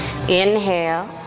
Inhale